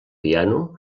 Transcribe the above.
piano